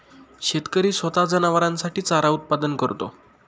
शेतकरी स्वतः जनावरांसाठी चारा उत्पादन करतो